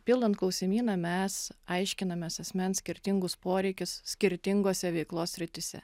pildant klausimyną mes aiškinamės asmens skirtingus poreikius skirtingose veiklos srityse